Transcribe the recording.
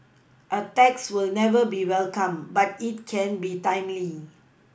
a tax will never be welcome but it can be timely